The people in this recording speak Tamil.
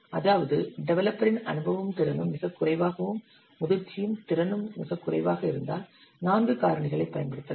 அதாவது டெவலப்பரின் அனுபவமும் திறனும் மிகக் குறைவாகவும் முதிர்ச்சியும் திறனும் மிகக் குறைவாக இருந்தால் 4 காரணிகளை பயன்படுத்தலாம்